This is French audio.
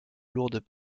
lourdes